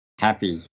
happy